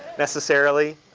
necessarily.